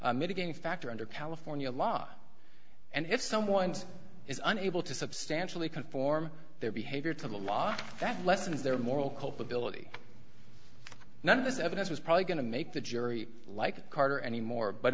a mitigating factor under california law and if someone is unable to substantially conform their behavior to the law that lessens their moral culpability none of this evidence was probably going to make the jury like carter any more but